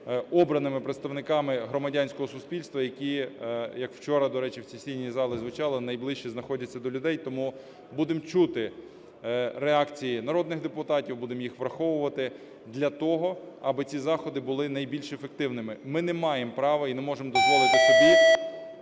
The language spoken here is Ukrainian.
обраними представниками громадянського суспільства, які, як вчора, до речі, в сесійній залі звучало, найближче знаходяться до людей. Тому будемо чути реакції народних депутатів, будемо їх враховувати для того, аби ці заходи були найбільш ефективними. Ми не маємо права і не можемо дозволити собі